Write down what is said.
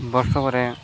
ବର୍ଷକରେ